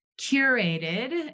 curated